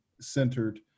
centered